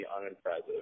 unimpressive